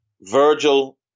Virgil